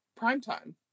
primetime